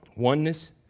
Oneness